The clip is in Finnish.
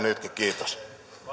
nytkin kiitos ja nyt